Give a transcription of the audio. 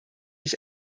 ich